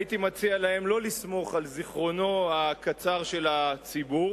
הייתי מציע להם לא לסמוך על זיכרונו הקצר של הציבור,